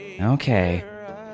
Okay